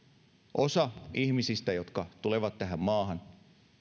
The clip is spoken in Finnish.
osa ihmisistä jotka tulevat tähän maahan